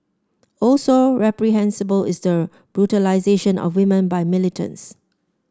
also reprehensible is the brutalisation of women by militants